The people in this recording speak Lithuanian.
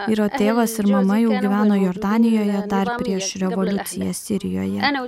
vyro tėvas ir mama jau gyveno jordanijoje dar prieš revoliuciją sirijoje